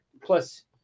Plus